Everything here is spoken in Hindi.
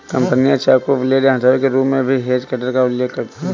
कंपनियां चाकू, ब्लेड या हथौड़े के रूप में भी हेज कटर का उल्लेख करती हैं